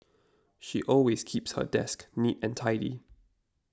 she always keeps her desk neat and tidy